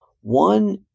One